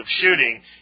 shooting